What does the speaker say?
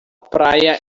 praia